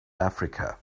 africa